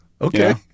Okay